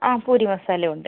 അതെ പൂരി മസാല ഉണ്ട്